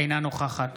אינה נוכחת